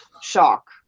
shock